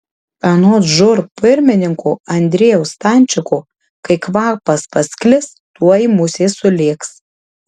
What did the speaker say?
anot žūr pirmininko andriejaus stančiko kai kvapas pasklis tuoj musės sulėks